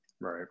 right